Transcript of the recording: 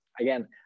again